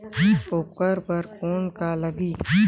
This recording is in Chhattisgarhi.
ओकर बर कौन का लगी?